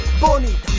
Bonita